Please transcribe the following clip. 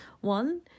one